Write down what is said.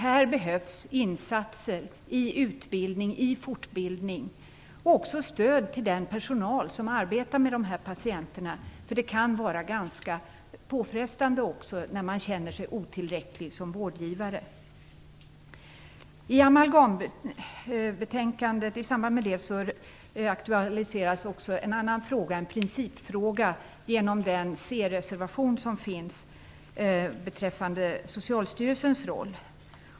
Här behövs det insatser i fråga om utbildning och fortbildning men också stöd till den personal som arbetar med de här patienterna. Det kan ju vara ganska påfrestande när man känner sig otillräcklig som vårdgivare. I samband med amalgambetänkandet aktualiseras en annan fråga, en principfråga, genom den creservation som finns beträffande Socialstyrelsens roll.